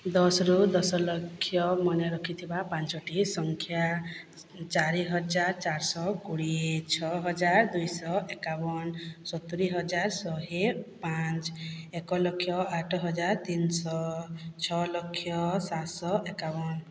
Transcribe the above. ଦଶରୁ ଦଶ ଲକ୍ଷ ମନେ ରଖିଥିବା ପାଞ୍ଚଟି ସଂଖ୍ୟା ଚାରିହଜାର ଚାରିଶହ କୋଡ଼ିଏ ଛଅହଜାର ଦୁଇଶହ ଏକାବନ ସତୁରି ହଜାର ଶହେ ପାଞ୍ଚ ଏକଲକ୍ଷ ଆଠହଜାର ତିନିଶହ ଛଅଲକ୍ଷ ସାତଶହ ଏକାବନ